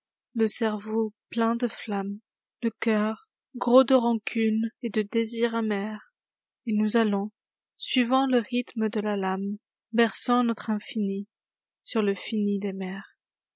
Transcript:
le cerveau plein de flamme le cœur gros de rancune et de désirs amers et nous allons suivant le rhythme de la lame berçant notre infini sur le fini des mers